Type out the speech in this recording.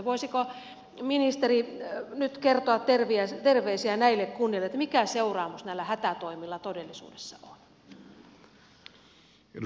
voisiko ministeri nyt kertoa terveisiä näille kunnille mikä seuraamus näillä hätätoimilla todellisuudessa on